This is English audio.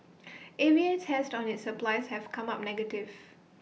A V A tests on its supplies have come up negative